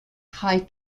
high